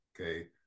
Okay